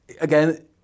again